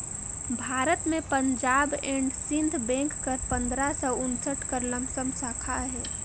भारत में Punjab and Sind bank कर पंदरा सव उन्सठ कर लमसम साखा अहे